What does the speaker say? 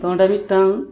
ᱛᱚ ᱚᱸᱰᱮ ᱢᱤᱫᱴᱟᱝ